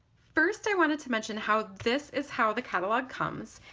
first i wanted to mention how this is how the catalog comes.